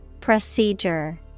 Procedure